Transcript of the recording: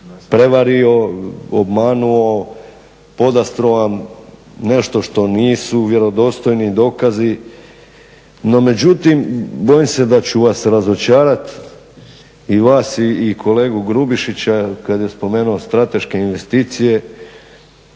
prevario, obmanuo, podastro vam nešto što nisu vjerodostojni dokazi. No međutim, bojim se da ću vas razočarati i vas i kolegu Grubišića kad je spomenuo strateške investicije,